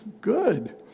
good